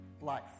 life